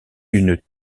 une